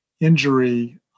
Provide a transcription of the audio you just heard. injury